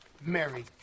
Mary